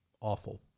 awful